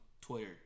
Twitter